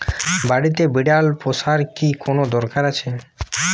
বাড়িতে বিড়াল পোষার কি কোন দরকার আছে?